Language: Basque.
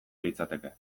litzateke